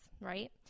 right